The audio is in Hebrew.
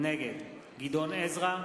נגד גדעון עזרא,